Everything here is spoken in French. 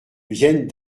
viennent